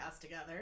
together